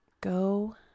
Go